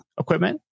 equipment